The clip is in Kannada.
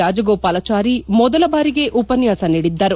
ರಾಜಗೋಪಾಲಚಾರಿ ಮೊದಲ ಬಾರಿಗೆ ಉಪನ್ಹಾಸ ನೀಡಿದ್ದರು